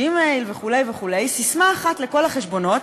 ג'ימייל וכו' וכו' ססמה אחת לכל החשבונות,